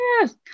Yes